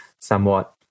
somewhat